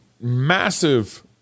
massive